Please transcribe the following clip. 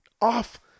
off